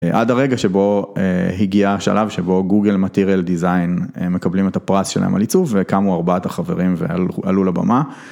עד הרגע שבו הגיע השלב שבו Google Material Design מקבלים את הפרס שלהם על עיצוב וקמו ארבעת החברים ועלו לבמה.